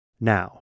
now